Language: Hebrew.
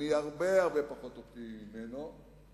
אני הרבה-הרבה פחות אופטימי ממנו.